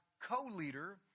co-leader